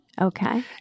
Okay